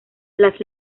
las